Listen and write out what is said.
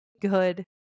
good